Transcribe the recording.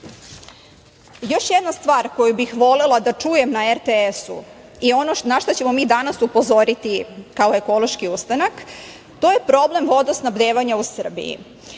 jedna stvar koju bih volela da čujem na RTS je ono na šta ćemo mi danas upozoriti kao Ekološki ustanak. To je problem vodosnabdevanja u Srbiji.